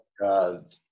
God